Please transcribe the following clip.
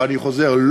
ואני חוזר,